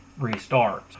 restarts